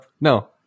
no